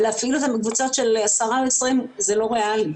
ולהפעיל אותם בקבוצות של עשרה או 20. זה לא ריאלי.